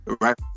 Right